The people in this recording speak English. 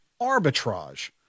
arbitrage